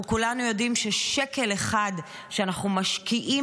אנחנו כולנו יודעים ששקל אחד שאנחנו משקיעים